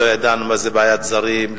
לא ידענו מה זה בעיית זרים,